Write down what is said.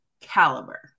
caliber